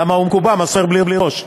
כי הוא מקובע, מסמר בלי ראש.